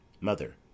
Mother